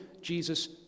Jesus